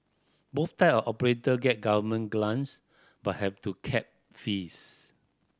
both type of operator get government grants but have to cap fees